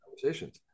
conversations